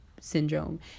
syndrome